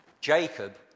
Jacob